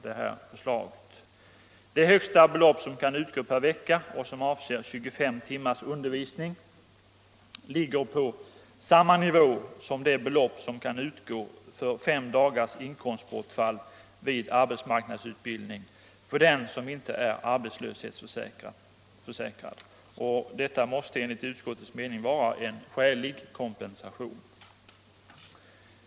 Det högsta belopp som kan utgå per vecka och som avser 25 timmars undervisning, ligger på samma nivå som det belopp som kan utgå för fem dagars inkomstbortfall vid arbetsmarknadsutbildning för den som inte är arbetslöshetsförsäkrad. Detta måste enligt utskottets mening vara en skälig kompensation.